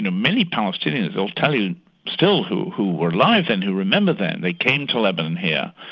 you know many palestinians will tell you still, who who were alive and who remember then, they came to lebanon here,